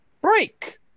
Break